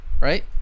right